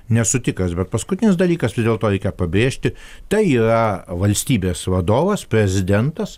nesu tikras bet paskutinis dalykas vis dėlto reikia pabrėžti tai yra valstybės vadovas prezidentas